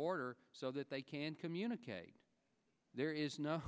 order so that they can communicate there is no